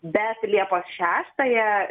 bet liepos šeštąją